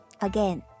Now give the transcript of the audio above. again